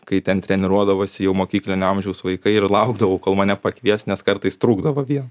kai ten treniruodavosi jau mokyklinio amžiaus vaikai ir laukdavau kol mane pakvies nes kartais trūkdavo vien